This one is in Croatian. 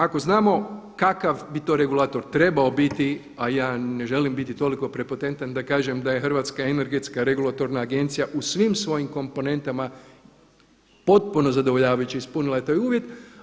Ako znamo kakav bi to regulator trebao biti a ja ne želim biti toliko prepotentan da kažem da je Hrvatska energetska regulatorna agencija u svim svojim komponentama potpuno zadovoljavajuće je ispunila taj uvjet.